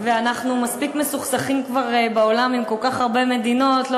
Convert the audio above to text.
ואנחנו כבר מספיק מסוכסכים עם כל כך הרבה מדינות בעולם.